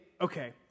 okay